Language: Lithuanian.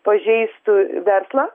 pažeistų verslą